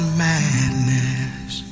madness